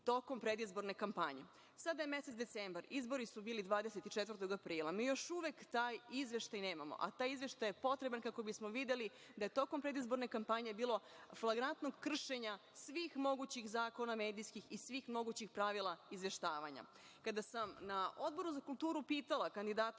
tokom predizborne kampanje. Sada je mesec decembar, izbori su bili 24. aprila, a mi još uvek taj izveštaj nemamo. Taj izveštaj je potreban kako bismo videli da je tokom predizborne kampanje bilo flagrantnog kršenja svih mogućih zakona medijskih i svih mogućih pravila izveštavanja. Kada sam na Odboru za kulturu pitala kandidata